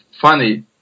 funny